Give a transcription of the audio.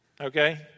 Okay